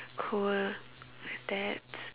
cool